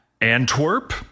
Antwerp